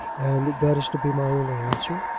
and that is to be my only answer?